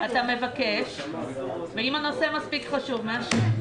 אתה מבקש ואם הנושא מספיק חשוב מאשרים.